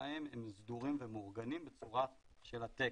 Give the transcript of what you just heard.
שלהם הם סדורים והם מאורגנים בצורה של התקן.